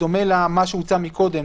בדומה למה שהוצע מקודם,